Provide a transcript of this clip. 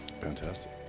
Fantastic